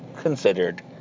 considered